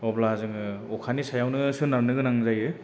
अब्ला जोङो अखानि सायावनो सोनारनो गोनां जायो